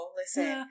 listen